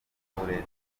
n’uburetwa